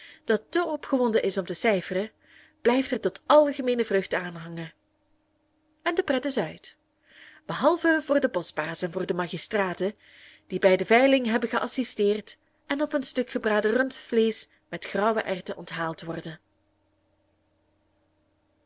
dat te opgewonden is om te cijferen blijft er tot algemeene vreugd aan hangen en de pret is uit behalve voor den boschbaas en voor de magistraten die bij de veiling hebben geassisteerd en op een stuk gebraden rundvleesch met grauwe erwten onthaald worden